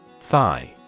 thigh